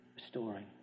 restoring